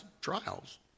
trials